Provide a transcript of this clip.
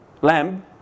lamb